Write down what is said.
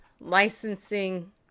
licensing